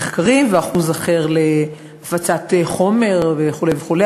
למחקרים ואחוז אחר להפצת חומר וכו' וכו',